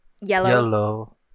Yellow